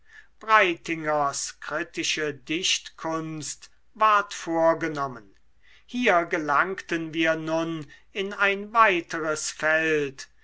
breitingers kritische dichtkunst ward vorgenommen hier gelangten wir nun in ein weiteres feld